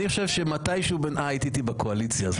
אני חושב שמתי שהיית איתי בקואליציה,